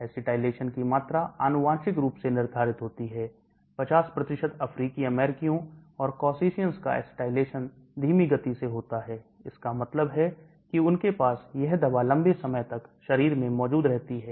Acetylation की मात्रा अनुवांशिक रूप से निर्धारित होती है 50 अफ्रीकी अमेरिकियों और Caucasians का acetylation धीमी गति से होता है इसका मतलब है कि उनके पास यह दवा लंबे समय तक शरीर में मौजूद रहती है